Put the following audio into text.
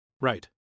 Right